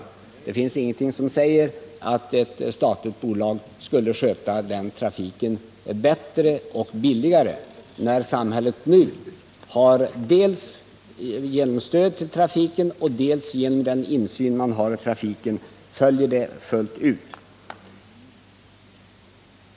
Det finns emellertid ingenting som säger att ett statligt bolag skulle sköta trafiken bättre och billigare, och samhället har ju full insyn i bolagets verksamhet.